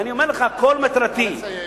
ואני אומר לך, כל מטרתי, נא לסיים.